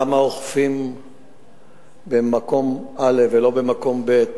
למה אוכפים במקום א' ולא במקום ב',